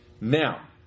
Now